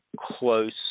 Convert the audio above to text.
close